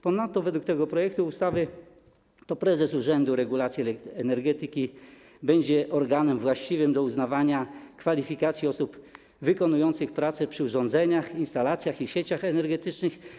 Ponadto według tego projektu ustawy to prezes Urzędu Regulacji Energetyki będzie organem właściwym do uznawania kwalifikacji osób wykonujących pracę przy urządzeniach, instalacjach i sieciach energetycznych.